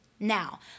Now